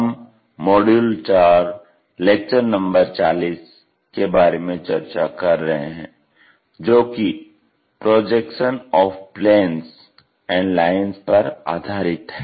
हम module number 4 lecture number 40 के बारे में चर्चा कर रहे हैं जो कि projection of planes and lines पर आधारित है